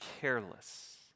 careless